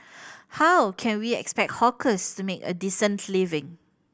how can we expect hawkers to make a decent living